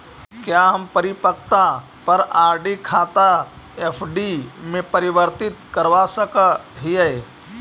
क्या हम परिपक्वता पर आर.डी खाता एफ.डी में परिवर्तित करवा सकअ हियई